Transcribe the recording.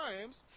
times